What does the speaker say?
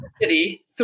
city